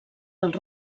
dels